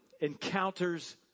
encounters